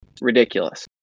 ridiculous